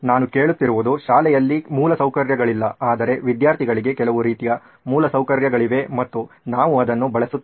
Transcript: ನಾನು ಕೇಳುತ್ತಿರುವುದು ಶಾಲೆಗಳಲ್ಲಿ ಮೂಲಸೌಕರ್ಯಗಳಿಲ್ಲ ಆದರೆ ವಿದ್ಯಾರ್ಥಿಗಳಿಗೆ ಕೆಲವು ರೀತಿಯ ಮೂಲಸೌಕರ್ಯಗಳಿವೆ ಮತ್ತು ನಾವು ಅದನ್ನು ಬಳಸುತ್ತೇವೆ